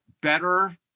better